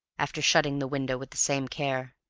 after shutting the window with the same care.